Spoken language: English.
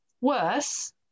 worse